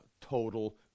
total